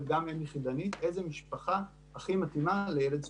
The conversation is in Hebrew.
גם אם יחידנית איזו משפחה הכי מתאימה לילד ספציפי.